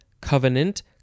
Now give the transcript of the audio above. covenant